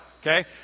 Okay